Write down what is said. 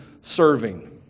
serving